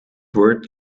word